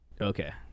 okay